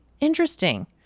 interesting